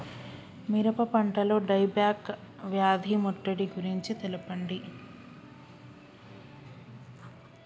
మిరప పంటలో dieback వ్యాధి ముట్టడి గురించి తెల్పండి?